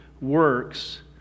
works